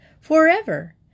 forever